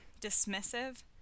dismissive